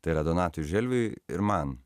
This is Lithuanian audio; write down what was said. tai yra donatui želviui ir man